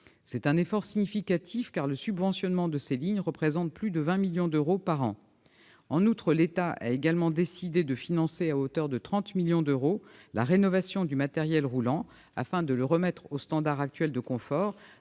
C'est un effort significatif, car le subventionnement de ces lignes représente plus de 20 millions d'euros par an. En outre, l'État a également décidé de financer à hauteur de 30 millions d'euros la rénovation du matériel roulant, afin de le mettre aux standards actuels de confort,